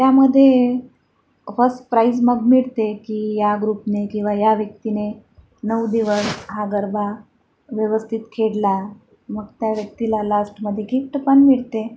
त्यामध्ये first prize मग मिळते की या ग्रुपने किंवा या व्यक्तीने नऊ दिवस हा गरबा व्यवस्थित खेळला मग त्या व्यक्तीला लास्टमध्ये गिफ्टपन मिळते